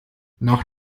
nach